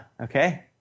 Okay